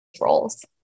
roles